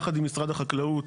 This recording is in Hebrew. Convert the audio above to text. יחד עם משרד החקלאות,